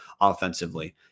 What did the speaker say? offensively